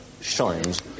shines